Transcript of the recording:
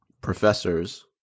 Professors